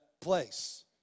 place